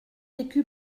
écus